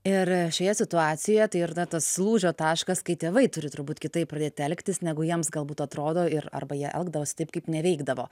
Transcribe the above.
ir šioje situacijo tai ir na tas lūžio taškas kai tėvai turi turbūt kitaip pradėti elgtis negu jiems galbūt atrodo ir arba jie elgdavosi taip kaip neveikdavo